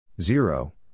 Zero